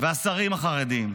והשרים החרדים,